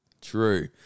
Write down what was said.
True